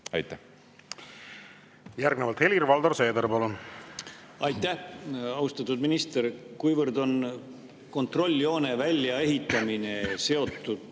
palun! Järgnevalt Helir-Valdor Seeder, palun! Aitäh! Austatud minister! Kuivõrd on kontrolljoone väljaehitamine seotud